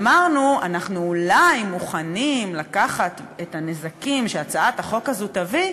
אמרנו שאנחנו אולי מוכנים לקחת את הנזקים שהצעת החוק הזאת תביא,